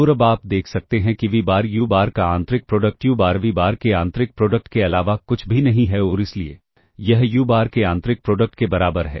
और अब आप देख सकते हैं कि v बार u बार का आंतरिक product u bar v bar के आंतरिक प्रोडक्ट के अलावा कुछ भी नहीं है और इसलिए यह u बार के आंतरिक प्रोडक्ट के बराबर है